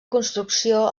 construcció